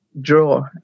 draw